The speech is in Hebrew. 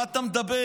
מה אתה מדבר?